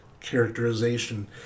characterization